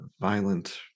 violent